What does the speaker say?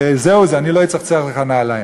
וזהו זה, אני לא אצחצח לך נעליים.